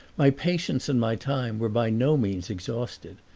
my patience and my time were by no means exhausted,